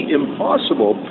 impossible